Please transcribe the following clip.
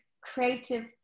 creative